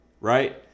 Right